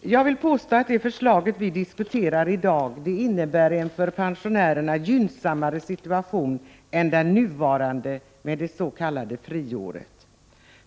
Jag vill påstå att det förslag vi i dag diskuterar ger pensionärerna en gynnsammare situation än den nuvarande med det s.k. friåret.